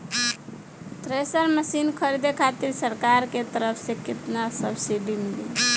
Thresher machine खरीदे खातिर सरकार के तरफ से केतना सब्सीडी मिली?